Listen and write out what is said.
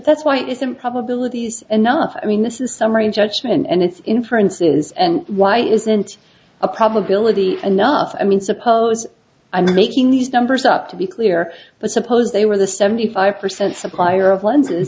that's why it's improbabilities enough i mean this is summary judgment and it's inferences and why isn't a probability enough i mean suppose i'm making these numbers up to be clear but suppose they were the seventy five percent supplier of lenses